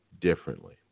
differently